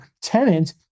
tenant